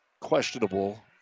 questionable